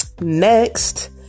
Next